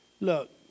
look